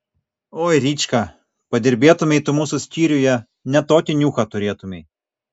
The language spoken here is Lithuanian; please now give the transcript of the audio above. oi rička padirbėtumei tu mūsų skyriuje ne tokį niuchą turėtumei